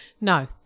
No